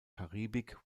karibik